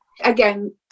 Again